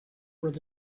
where